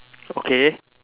okay